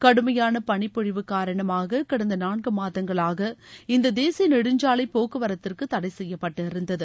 கடுமையான பனிப்பொழிவு காரணமாக கடந்த நான்கு மாதங்களாக இந்த தேசிய நெடுஞ்சாலை போக்குவரத்திற்கு தடை செய்யப்பட்டிருந்தது